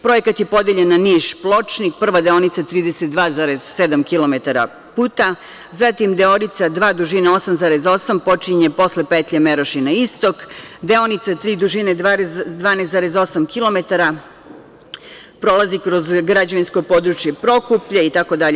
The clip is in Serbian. Projekat je podeljen na Niš-Pločnik, prva deonica 32,7 kilometara puta, zatim deonica dva dužina 8,8 počinje posle petlje Merošina istok, deonica tri dužine 12,8 kilometara prolazi kroz građevinsko područje Prokuplje itd.